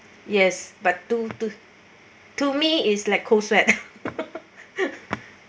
yes but to to to me is like cold sweat